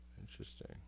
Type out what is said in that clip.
Interesting